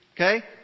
Okay